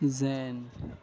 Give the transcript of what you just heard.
زین